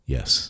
Yes